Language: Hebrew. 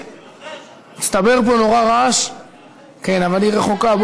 מצטבר פה נורא רעש, כן, אבל היא רחוקה.